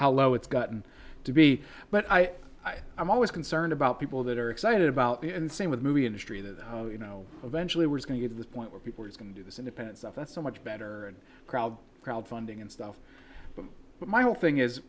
for it's gotten to be but i i i'm always concerned about people that are excited about me and same with the movie industry that you know eventually we're going to get to the point where people are going to do this independent stuff that's so much better and crowdfunding and stuff but my whole thing is